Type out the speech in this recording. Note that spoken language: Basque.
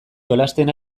jolasten